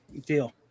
deal